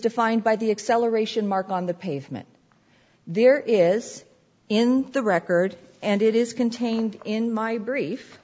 defined by the acceleration mark on the pavement there is in the record and it is contained in my brief